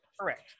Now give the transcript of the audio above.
Correct